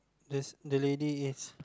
this the lady is